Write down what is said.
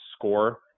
score